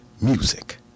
Music